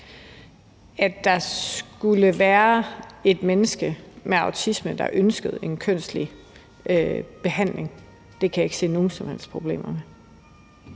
At der skulle være et menneske med autisme, der ønskede en kønslig behandling, kan jeg ikke se nogen som helst problemer med.